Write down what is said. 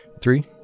Three